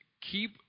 keep